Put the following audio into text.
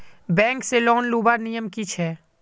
Bank से loan लुबार नियम की छे?